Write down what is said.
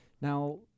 Now